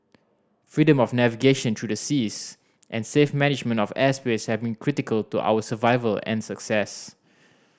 freedom of navigation through the seas and safe management of airspace seven critical to our survival and success